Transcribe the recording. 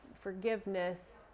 forgiveness